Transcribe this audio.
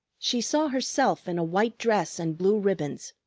she saw herself in a white dress and blue ribbons,